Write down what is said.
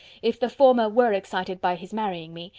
if the former were excited by his marrying me,